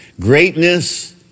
Greatness